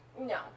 No